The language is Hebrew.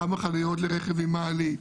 כמה חניות לרכב עם מעלית,